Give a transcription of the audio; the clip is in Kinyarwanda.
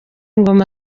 ingoma